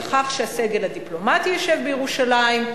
לכך שהסגל הדיפלומטי ישב בירושלים,